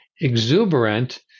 exuberant